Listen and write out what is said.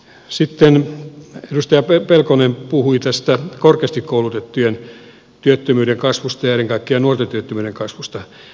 sitten edustaja pelkonen puhui tästä korkeasti koulutettujen työttömyyden kasvusta ja ennen kaikkea nuorten työttömyyden kasvusta